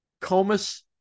comus